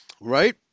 right